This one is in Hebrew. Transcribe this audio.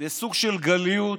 בסוג של גליות,